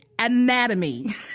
Anatomy